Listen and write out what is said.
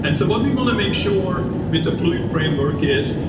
and so what do we want to make sure with the fluid framework is,